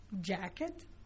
jacket